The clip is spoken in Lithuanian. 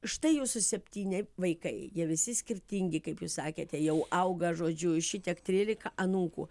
štai jūsų septyni vaikai jie visi skirtingi kaip jūs sakėte jau auga žodžiu šitiek trylika anūkų